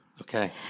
Okay